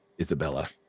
Isabella